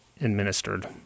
administered